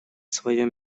свое